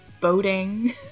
Boating